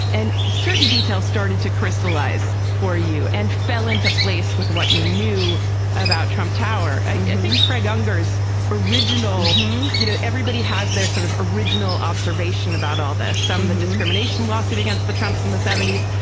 and certain details started to crystallize for you and fell into place with what you knew about trump tower. i think craig unger's you know, everybody has their sort of original observation about all this, some of the discrimination lawsuit against the trump's in the seventy s,